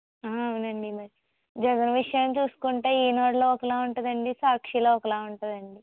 అవునండీ జగన్ విషయాన్నీ చూసుకుంటే ఈనాడులో ఒకలా ఉంటుందండి సాక్షిలో ఒకలా ఉంటుందండి